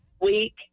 week